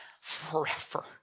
forever